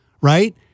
right